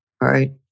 Right